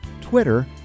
Twitter